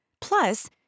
Plus